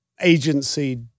agency